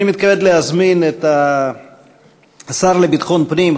אני מתכבד להזמין את השר לביטחון פנים,